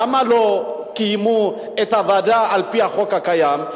למה לא קיימו את הוועדה על-פי החוק הקיים?